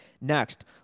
Next